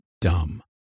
dumb